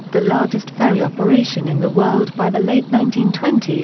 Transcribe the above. the largest ferry operation in the world by the late nineteen twenty s.